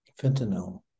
fentanyl